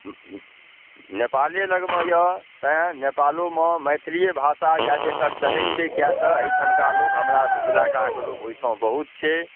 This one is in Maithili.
नेपाले लगमे अइ तेँ नेपालोमे मैथिलिए भाषा ज्यादेतर चलै छै किएक तऽ अहिठामके लोक हमरा इलाकाके लोक ओहिठाम बहुत छै